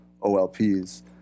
OLPS